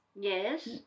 Yes